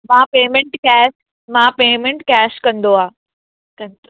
मां payment cash मां payment cash कंदो आहियां कंदो